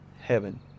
heaven